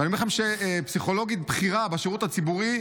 ואני אומר לכם שפסיכולוגית בכירה בשירות הציבורי,